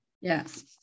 yes